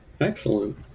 Excellent